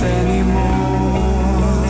anymore